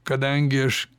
kadangi aš